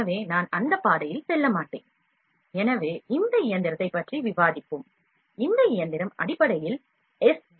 எனவே நான் அந்த பாதையில் செல்லமாட்டேன் எனவே இந்த இயந்திரத்தைப் பற்றி விவாதிப்போம் இந்த இயந்திரம் அடிப்படையில் எஸ்